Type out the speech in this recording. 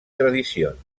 tradicions